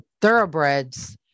thoroughbreds